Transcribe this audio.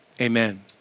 amen